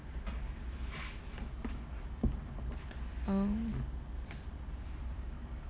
um